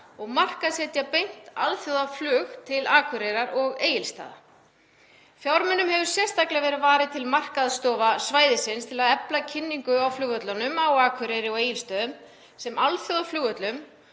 og markaðssetja beint alþjóðaflug til Akureyrar og Egilsstaða. Fjármunum hefur sérstaklega verið varið til markaðsstofa svæðisins til að efla kynningu á flugvöllunum á Akureyri og Egilsstöðum sem alþjóðaflugvöllum